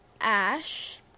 Ash